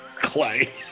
Clay